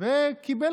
ולכן